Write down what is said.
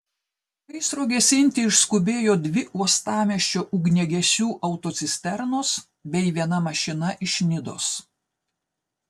gaisro gesinti išskubėjo dvi uostamiesčio ugniagesių autocisternos bei viena mašina iš nidos